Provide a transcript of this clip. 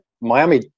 Miami